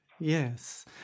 Yes